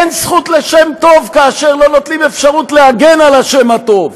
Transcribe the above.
אין זכות לשם טוב כאשר לא נותנים אפשרות להגן על השם הטוב.